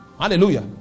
hallelujah